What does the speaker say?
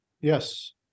Yes